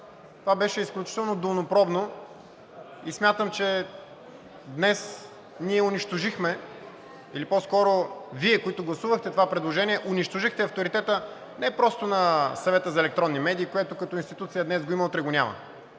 Това беше изключително долнопробно и смятам, че днес ние унищожихме, или по-скоро Вие, които гласувахте това предложение, унищожихте авторитета не просто на Съвета за електронни медии, което като институция днес го има – утре го няма,